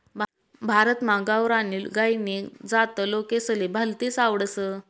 भारतमा गावरानी गायनी जात लोकेसले भलतीस आवडस